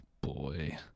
boy